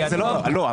לא,